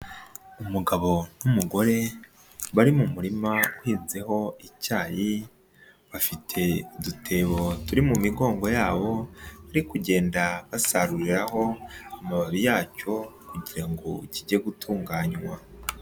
Umugabo n'umugore bari mu murima uhinzeho icyayi, bafite udutebo turi mu migongo yabo, bari kugenda basaruriraho amababi yacyo, kugira ngo kijye gutunganywa.